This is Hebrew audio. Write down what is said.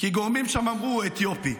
כי גורמים שם אמרו: אתיופי.